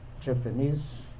Japanese